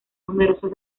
numerosos